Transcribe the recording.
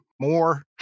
more